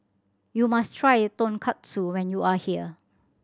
you must try Tonkatsu when you are here